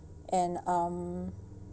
and um